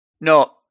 no